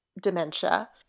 dementia